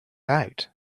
out